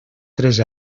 tres